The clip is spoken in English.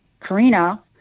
Karina